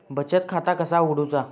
बचत खाता कसा उघडूचा?